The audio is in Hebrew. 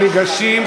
אדוני השר,